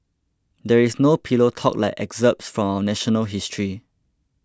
there is no pillow talk like excerpts from our national history